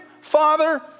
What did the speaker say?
father